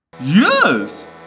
Yes